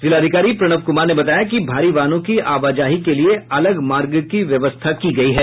जिलाधिकारी प्रणव कुमार ने बताया कि भारी वाहनों की आवाजाही के लिए अलग मार्ग की व्यवस्था की गयी है